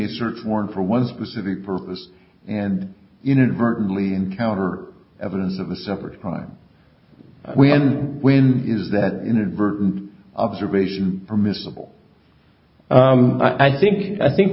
a search warrant for one specific purpose and inadvertently encounter evidence of a separate crime when when is that an inadvertent observation permissible i think i think